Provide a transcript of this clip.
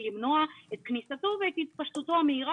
למנוע את כניסתו ואת התפשטותו המהירה,